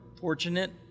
fortunate